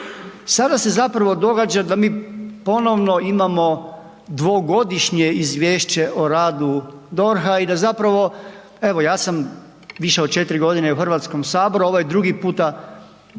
Sada se zapravo događa da mi ponovno imamo dvogodišnje izvješće o radu DORH-a i da zapravo evo ja sam više od 4 godine u Hrvatskom saboru a ovo je drugi puta da